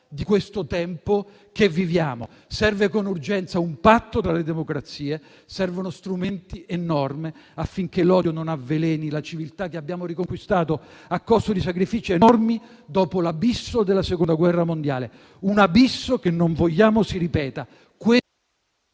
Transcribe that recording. di questo tempo che viviamo. Serve con urgenza un patto tra le democrazie, servono strumenti e norme affinché l'odio non avveleni la civiltà che abbiamo riconquistato a costo di sacrifici enormi dopo l'abisso della Seconda guerra mondiale; un abisso che non vogliamo si ripeta.